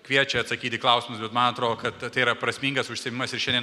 kviečia atsakyt į klausimus bet man atrodo kad tai yra prasmingas užsiėmimas ir šiandien